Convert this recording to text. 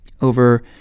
over